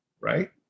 Right